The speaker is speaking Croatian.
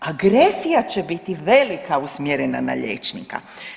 Agresija će biti velika usmjerena na liječnika.